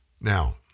Now